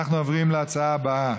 אנחנו עוברים להצעה הבאה: